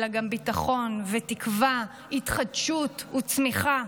אלא גם ביטחון ותקווה, התחדשות וצמיחה,